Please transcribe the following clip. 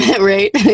Right